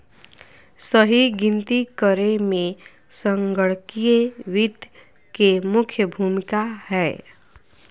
सही गिनती करे मे संगणकीय वित्त के मुख्य भूमिका हय